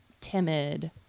timid